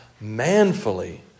manfully